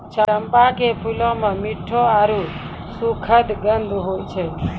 चंपा के फूलो मे मिठ्ठो आरु सुखद गंध होय छै